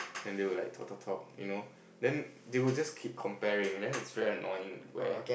and they would like talk talk talk you know then they would just keep comparing then it's very annoying where